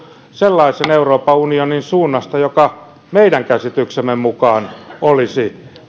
sellaisen euroopan unionin suunnasta joka meidän käsityksemme mukaan olisi